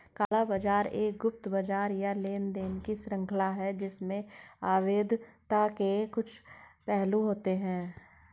काला बाजार एक गुप्त बाजार या लेनदेन की श्रृंखला है जिसमें अवैधता के कुछ पहलू होते हैं